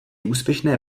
úspěšné